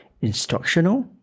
instructional